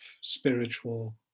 spiritual